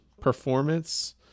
performance